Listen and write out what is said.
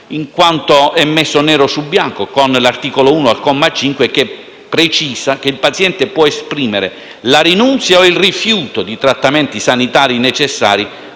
in quanto è messo nero su bianco. Mi riferisco all'articolo 1, comma 5, che precisa che il paziente può esprimere la rinunzia o il rifiuto di trattamenti sanitari necessari